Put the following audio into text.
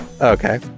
Okay